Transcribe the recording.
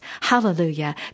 Hallelujah